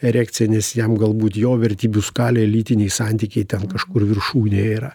erekciją nes jam galbūt jo vertybių skalėje lytiniai santykiai ten kažkur viršūnėje yra